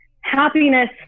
happiness